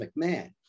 McMahon